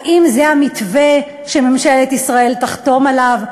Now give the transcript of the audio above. האם זה המתווה שממשלת ישראל תחתום עליו?